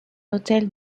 hôtel